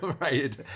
right